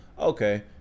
Okay